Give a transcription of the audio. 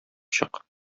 чык